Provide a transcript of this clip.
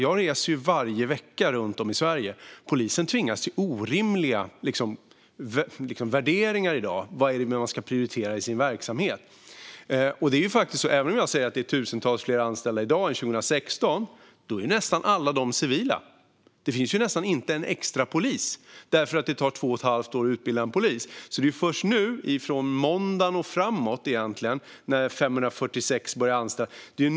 Jag reser ju varje vecka runt om i Sverige och ser hur poliser i dag tvingas till orimliga värderingar av vad de ska prioritera i sin verksamhet. Även om det är tusentals fler poliser anställda i dag än 2016 är nästan alla civila. Det finns nästan inte en extrapolis, eftersom det tar två och ett halvt år att utbilda en polis. Det är först nu, från måndag och framåt, som 546 poliser börjar anställas.